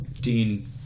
Dean